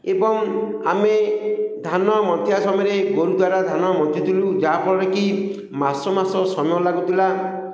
ଏବଂ ଆମେ ଧାନ ମନ୍ଥିବା ସମୟରେ ଗୋରୁ ଦ୍ୱାରା ଧାନ ମନ୍ଥିଥିଲୁ ଯାହାଫଳରେ କି ମାସ ମାସ ସମୟ ଲାଗୁଥିଲା